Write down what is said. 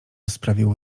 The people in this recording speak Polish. sprawiło